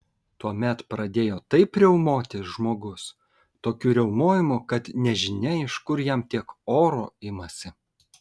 tuomet pradėjo taip riaumoti žmogus tokiu riaumojimu kad nežinia iš kur jam tiek oro imasi